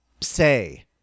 say